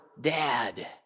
dad